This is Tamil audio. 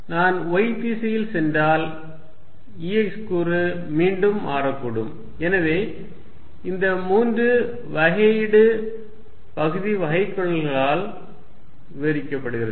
நான் y திசையில் சென்றால் E x கூறு மீண்டும் மாறக்கூடும் எனவே இந்த மூன்று வகையீடு பகுதி வகைக்கெழுகளால் விவரிக்கப்படுகிறது